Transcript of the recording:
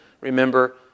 remember